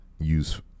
use